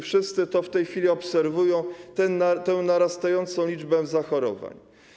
Wszyscy to w tej chwili obserwują, tę narastającą liczbę zachorowań.